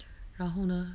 然后呢